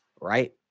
right